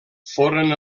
foren